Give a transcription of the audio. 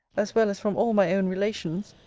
as well as from all my own relations,